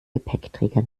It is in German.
gepäckträger